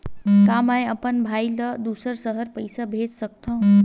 का मैं अपन भाई ल दुसर शहर पईसा भेज सकथव?